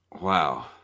Wow